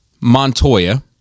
Montoya